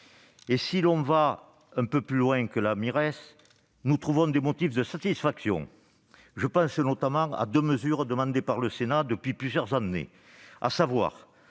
d'améliorer. Hors du champ de la Mires, nous trouvons des motifs de satisfaction. Je pense notamment à deux mesures demandées par le Sénat depuis plusieurs années, à savoir